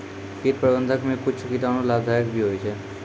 कीट प्रबंधक मे कुच्छ कीटाणु लाभदायक भी होय छै